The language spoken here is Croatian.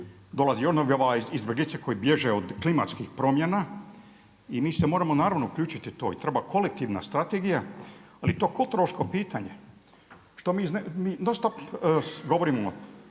novi val izbjeglica koji bježe od klimatskih promjena i mi se moramo naravno uključiti u to. I treba kolektivna strategija ali je to kulturološko pitanje što mi non stop govorimo